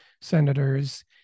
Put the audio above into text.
senators